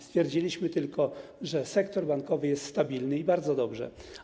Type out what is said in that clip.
Stwierdziliśmy tylko, że sektor bankowy jest stabilny, i bardzo dobrze.